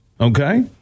Okay